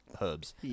herbs